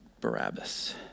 Barabbas